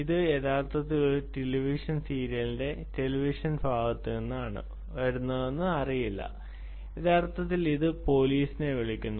അത് യഥാർത്ഥത്തിൽ ഒരു ടെലിവിഷൻ സീരിയലിന്റെ ഭാഗത്തുനിന്നാണ് വരുന്നതെന്ന് അറിയില്ല യഥാർത്ഥത്തിൽ അത് പോലീസിനെ വിളിക്കുന്നു